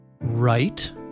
Right